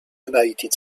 united